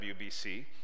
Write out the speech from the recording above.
WBC